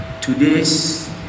Today's